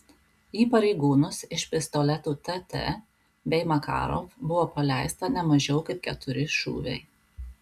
į pareigūnus iš pistoletų tt bei makarov buvo paleista ne mažiau kaip keturi šūviai